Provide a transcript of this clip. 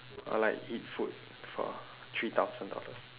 or like eat food for three thousand dollars